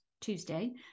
Tuesday